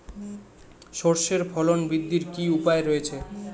সর্ষের ফলন বৃদ্ধির কি উপায় রয়েছে?